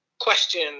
question